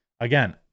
Again